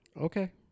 Okay